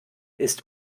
ist